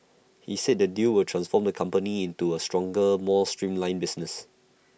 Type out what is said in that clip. he said the deal will transform the company into A stronger more streamlined business